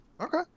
Okay